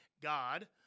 God